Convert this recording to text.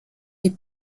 des